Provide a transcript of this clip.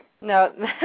No